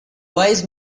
wise